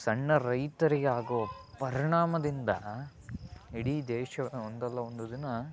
ಸಣ್ಣ ರೈತರಿಗೆ ಆಗೋ ಪರಿಣಾಮದಿಂದ ಇಡೀ ದೇಶ ಒಂದಲ್ಲ ಒಂದು ದಿನ